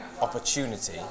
opportunity